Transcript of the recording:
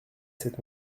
cette